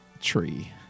tree